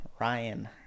Ryan